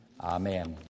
Amen